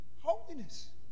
Holiness